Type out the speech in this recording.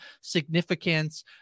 significance